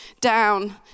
down